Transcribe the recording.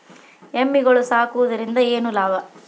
ಎಮ್ಮಿಗಳು ಸಾಕುವುದರಿಂದ ಏನು ಲಾಭ?